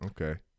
Okay